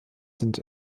sind